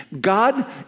God